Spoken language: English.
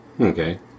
Okay